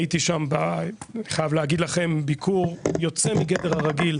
הייתי שם אני חייב להגיד לכם ביקור יוצא מגדר הרגיל,